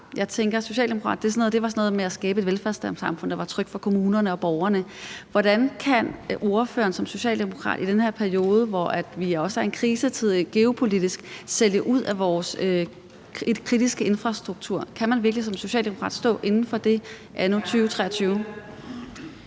det at være socialdemokrat var sådan noget med at skabe et velfærdssamfund, der var trygt for kommunerne og borgerne – i den her periode, hvor vi også er i en krisetid geopolitisk, sælge ud af vores kritiske infrastruktur? Kan man virkelig som socialdemokrat stå inde for det anno 2023?